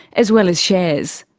as well as shares.